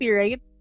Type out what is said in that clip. right